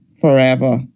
forever